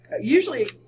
usually